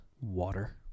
Water